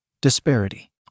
disparity